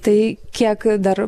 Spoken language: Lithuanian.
tai kiek dar